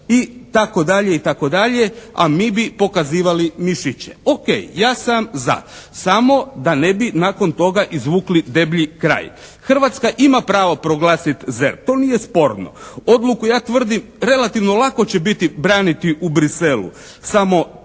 I tako dalje i tako dalje, a mi bi pokazivali mišiće. OK. Ja sam za. Samo da ne bi nakon toga izvukli deblji kraj. Hrvatska ima pravo proglasiti ZERP. To nije sporno. Odluku, ja tvrdim relativno lako će biti braniti u Bruxellesu. Samo čime